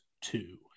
two